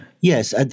Yes